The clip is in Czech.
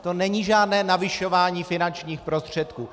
To není žádné navyšování finančních prostředků.